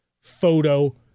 photo